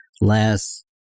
less